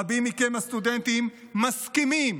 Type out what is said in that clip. רבים מכם הסטודנטים מסכימים